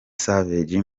savage